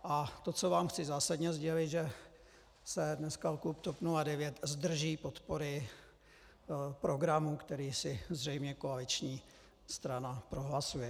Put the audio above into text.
A to, co vám chci zásadně sdělit, že se dneska klub TOP 09 zdrží podpory programu, který si zřejmě koaliční strana prohlasuje.